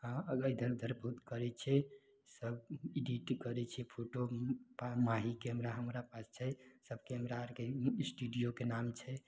हँ अगर जनतरपुर करय छियै सबकुछ ड्यूटी करय छियै फोटोपर माही कैमरा हमरा पास हइ सब कैमरा आरके स्टूडियोके नाम छै